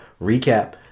Recap